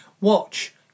watch